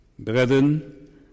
Brethren